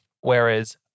Whereas